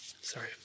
Sorry